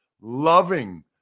Loving